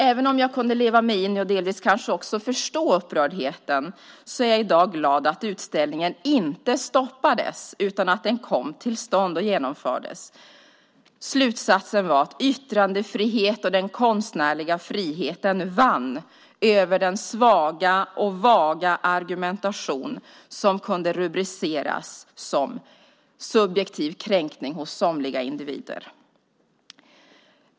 Även om jag kunde leva mig in i och delvis kanske också förstå upprördheten är jag i dag glad att utställningen inte stoppades, utan den kom till stånd och genomfördes. Slutsatsen var att yttrandefrihet och den konstnärliga friheten vann över den svaga och vaga argumentation som kunde rubriceras som subjektiv kränkning hos somliga individer.